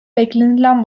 beklenilen